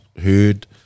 heard